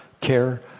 care